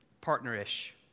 partner-ish